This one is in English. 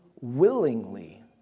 willingly